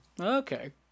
Okay